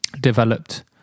developed